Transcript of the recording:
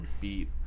beat